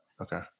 Okay